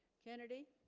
kennedy